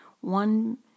one